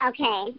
Okay